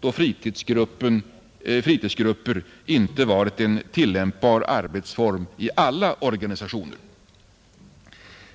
Förut har ju fritidsgrupper inte varit en tillämpbar arbetsform i alla organisationer,